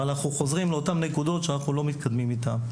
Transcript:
אבל אנחנו חוזרים לאותן נקודות שאנחנו לא מתקדמים איתן.